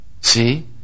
See